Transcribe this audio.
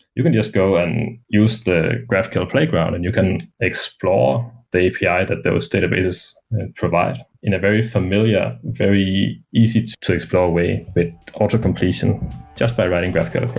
you can just go and use the graphql playground and you can explore the api that those databases provide in a very familiar, very easy to to explore way with auto completion just by writing graphql